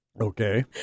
okay